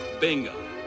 bingo